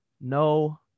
no